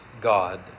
God